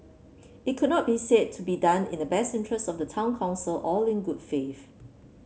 it could not be said to be done in the best interest of the town council or in good faith